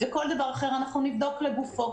אנחנו נבדוק כל דבר לגופו.